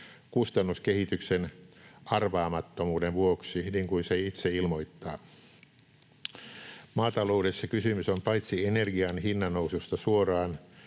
”kustannuskehityksen arvaamattomuuden vuoksi”, niin kuin se itse ilmoittaa. Maataloudessa kysymys on paitsi energian hinnannoususta suoraan